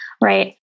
right